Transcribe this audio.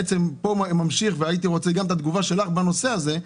שזה ממשיך,